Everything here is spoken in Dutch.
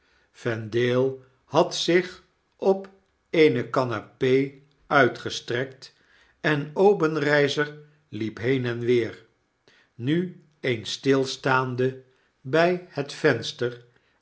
vendale had zich op eene canape uitgestrekt en obenreizer liep heen en weer nu eens stilstaande bij het venster